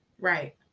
Right